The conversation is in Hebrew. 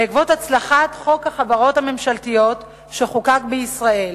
בעקבות הצלחת חוק החברות הממשלתיות שחוקק בישראל,